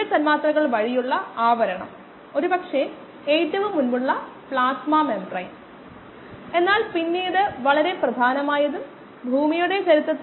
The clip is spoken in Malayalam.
ഏത് തരത്തിലുള്ള ഉള്ളടക്കമോ പ്രവർത്തനക്ഷമമായ കോശങ്ങളോ ഏത് രൂപത്തിലുള്ള പ്രവർത്തനക്ഷമമായ കോശങ്ങളോ ഇതിന് കാരണമാകുമെന്ന് നമുക്ക് ഊഹിക്കാമോ